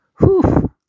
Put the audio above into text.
whoo